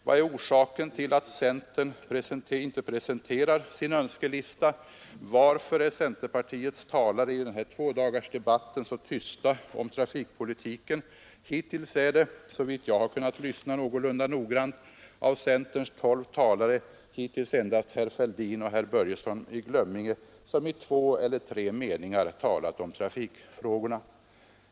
Vad är orsaken till att centern inte presenterat sin önskelista? Varför är centerpartiets talare i den här tvådagarsdebatten så tysta om trafikpolitiken? Hittills är det, såvitt jag har kunnat uppfatta vid ett någorlunda noggrant lyssnande, av centerns tolv talare endast herr Fälldin och herr Börjesson i Glömminge som i två eller tre meningar talat om trafikfrågorna.